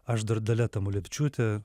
aš dar dalia tamulevičiūtė